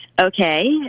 Okay